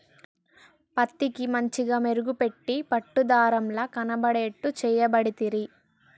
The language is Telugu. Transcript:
పత్తికి మంచిగ మెరుగు పెట్టి పట్టు దారం ల కనబడేట్టు చేయబడితిరి